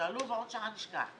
ותבהירו שזה המועד שבו הוא נרשם בבנק.